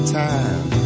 time